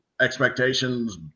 expectations